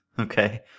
Okay